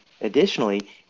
additionally